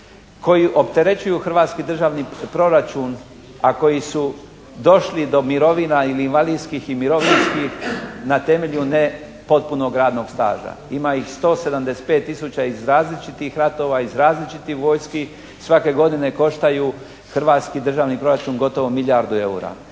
koji opterećuju hrvatski državni proračun, a koji su došli do mirovina i invalidskih i mirovinskih na temelju na potpunog radnog staža, ima ih 175 tisuća iz različitih radova, iz različitih vojski. Svake godine koštaju hrvatski državni proračun gotovo milijardu eura.